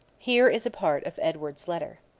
here is a part of edward's letter